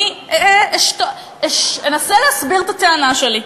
אני אנסה להסביר את הטענה שלי.